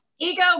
ego